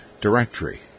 directory